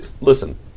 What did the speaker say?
listen